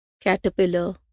caterpillar